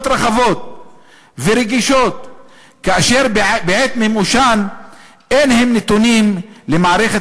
רחבות ורגישות כאשר בעת מימושן אין הם נתונים למערכת